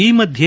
ಈ ಮಧ್ಯೆ